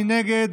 מי נגד?